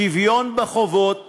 שוויון בחובות